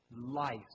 life